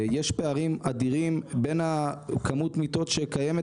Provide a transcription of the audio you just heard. יש פערים אדירים בין כמות המיטות שקיימת